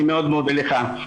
אני מאוד מודה לך.